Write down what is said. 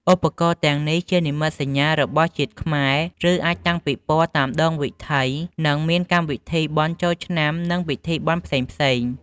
ឧបករណ៍ទាំងនេះជានិមិត្តសញ្ញារបស់ជាតិខ្មែរឬអាចតាំងពិព័រតាមដងវិធីនិងមានកម្មវិធីបុណ្យចូលឆ្នាំនិងពិធីបុណ្យផ្សេងៗ។